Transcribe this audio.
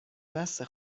بسه